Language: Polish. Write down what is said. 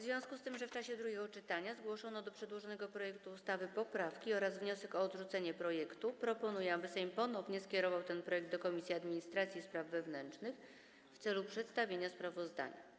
W związku z tym, że w czasie drugiego czytania zgłoszono do przedłożonego projektu ustawy poprawki oraz wniosek o odrzucenie projektu, proponuję, aby Sejm ponownie skierował ten projekt do Komisji Administracji i Spraw Wewnętrznych w celu przedstawienia sprawozdania.